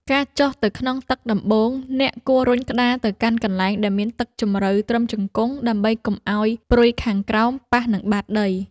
ការចុះទៅក្នុងទឹកដំបូង អ្នកគួររុញក្តារទៅកាន់កន្លែងដែលមានទឹកជម្រៅត្រឹមជង្គង់ ដើម្បីកុំឱ្យព្រុយខាងក្រោមប៉ះនឹងបាតដី។